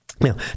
now